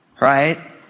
right